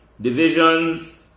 divisions